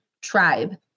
tribe